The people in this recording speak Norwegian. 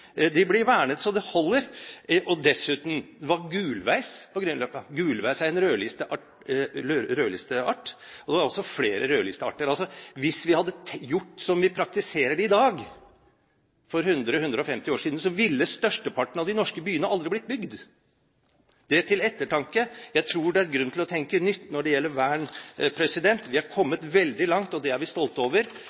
De blir vernet så det holder. Dessuten var det gulveis på Grünerløkka. Gulveis er en rødlisteart. Det var også flere rødlistearter. Hvis man for 100–150 år siden hadde gjort slik vi praktiserer det i dag, ville størsteparten av de norske byene aldri blitt bygd – dette til ettertanke. Jeg tror det er grunn til å tenke nytt når det gjelder vern. Vi har kommet veldig langt, og det er vi stolte